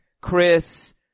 Chris